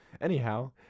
Anyhow